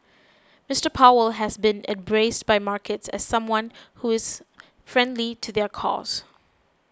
Mister Powell has been embraced by markets as someone who is friendly to their cause